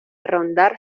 rondar